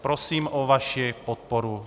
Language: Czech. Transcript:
Prosím o vaši podporu.